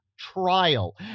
trial